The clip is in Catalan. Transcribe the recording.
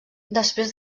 després